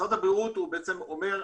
משרד הבריאות אומר: